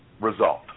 result